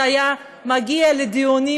שהיה מגיע לדיונים,